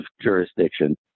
jurisdiction